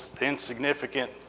insignificant